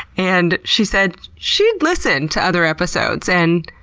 and she said she'd listened to other episodes and